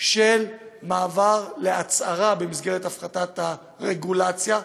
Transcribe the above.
של מעבר להצהרה במסגרת הפחתת הרגולציה,